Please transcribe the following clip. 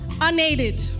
unaided